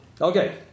Okay